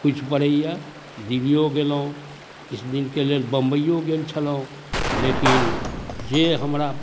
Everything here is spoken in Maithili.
बुझि पड़ैए दिल्लिओ गेलहुँ किछु दिनके लेल बम्बइओ गेल छलहुँ लेकिन जे हमरा